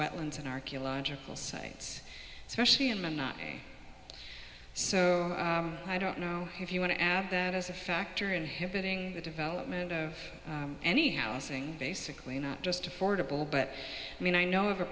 wetlands in archaeological sites especially in minot so i don't know if you want to add that as a factor inhibiting the development of any housing basically not just affordable but i mean i know of a